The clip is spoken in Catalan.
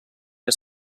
que